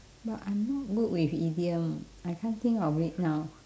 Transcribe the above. but I'm not good with idiom I can't think of it now